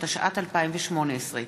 התשע"ט 2018,